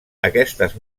aquestes